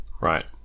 Right